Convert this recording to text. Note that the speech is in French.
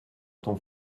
ton